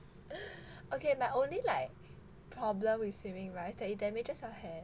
okay my only like problem with swimming [right] that it damages your hair